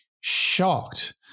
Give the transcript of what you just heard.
shocked